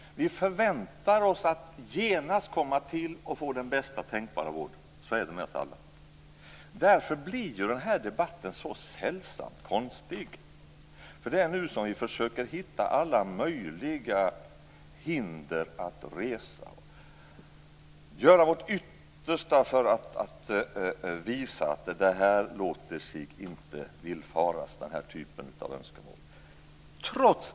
Vi förväntar oss att genast komma till och få den bästa tänkbara vård. Så är det med oss alla. Därför blir den här debatten så sällsamt konstig. Det är nu som vi försöker hitta alla möjliga hinder att resa och gör vårt yttersta för att visa att den här typen av önskemål inte låter sig villfaras.